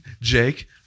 Jake